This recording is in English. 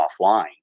offline